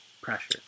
pressure